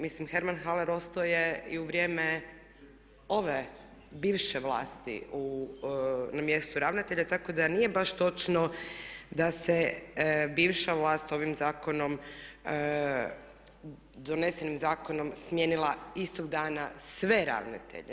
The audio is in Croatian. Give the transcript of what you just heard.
Mislim Herman Haler ostao je i u vrijeme ove bivše vlasti na mjestu ravnatelja tako da nije baš točno da se bivša vlast ovim zakonom donesenim zakonom smijenila istog dana sve ravnatelje.